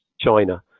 China